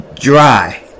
Dry